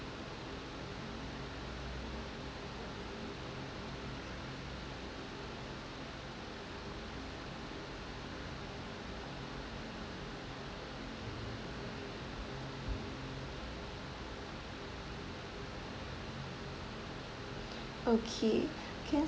okay can